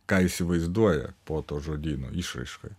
ką įsivaizduoja po to žodyno išraiška